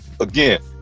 again